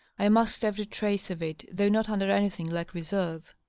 i masked every trace of it, though not under anything like reserve.